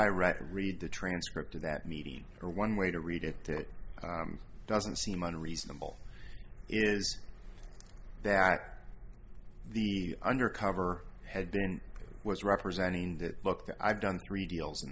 and read the transcript of that meeting or one way to read it that doesn't seem unreasonable is that the undercover had been was represented in the book that i've done three deals in